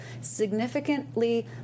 significantly